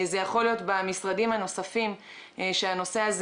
זה יכול להיות במשרדים נוספים שהנושא הזה